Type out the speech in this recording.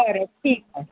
बरं ठीक आहे